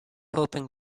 hoping